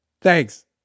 thanks